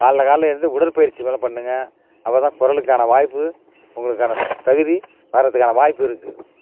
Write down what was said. காலையில் காலையில் எழுந்து உடற்பயிற்சி வேலை பண்ணுங்கள் அப்போ தான் குரலுக்கான வாய்ப்பு உங்களுக்கான தகுதி பாடுறத்துக்கான வாய்ப்பு இருக்குது